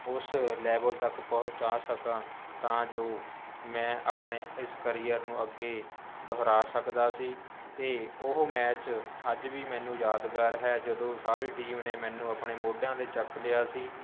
ਉਸ ਲੈਵਲ ਤੱਕ ਪਹੁੰਚਾ ਸਕਾਂ ਤਾਂ ਜੋ ਮੈਂ ਆਪਣੇ ਇਸ ਕਰੀਅਰ ਨੂੰ ਅੱਗੇ ਦੁਹਰਾ ਸਕਦਾ ਸੀ ਅਤੇ ਉਹ ਮੈਚ ਅੱਜ ਵੀ ਮੈਨੂੰ ਯਾਦਗਾਰ ਹੈ ਜਦੋਂ ਸਾਰੀ ਟੀਮ ਨੇ ਮੈਨੂੰ ਆਪਣੇ ਮੋਢਿਆਂ 'ਤੇ ਚੱਕ ਲਿਆ ਸੀ